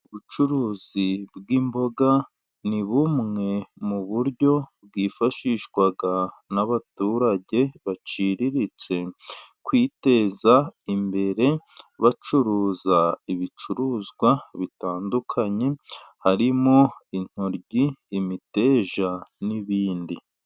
Ubucuruzi bw'imboga, ni bumwe mu buryo bwifashishwa n'abaturage baciriritse, kwiteza imbere bacuruza ibicuruzwa bitandukanye, harimo intoryi, imiteja n'ibindi.